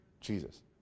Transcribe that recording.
Jesus